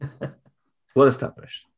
well-established